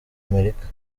amerika